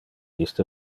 iste